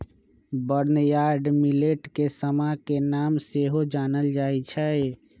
barnyard millet के समा के नाम से सेहो जानल जाइ छै